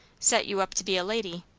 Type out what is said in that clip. set you up to be a lady!